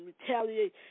retaliate